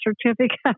certificate